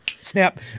snap